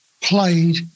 Played